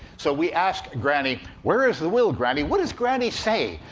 so we ask granny, where is the will, granny? what does granny say?